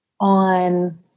on